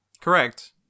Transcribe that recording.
Correct